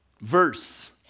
verse